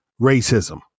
Racism